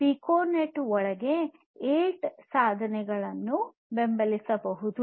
piconet ಒಳಗೆ 8 ಸಾಧನಗಳನ್ನು ಬೆಂಬಲಿಸಬಹುದು